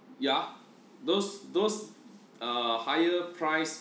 yup those those uh higher price